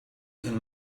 can